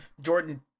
Jordan